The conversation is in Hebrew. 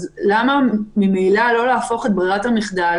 אז למה לא להפוך את ברירת המחדל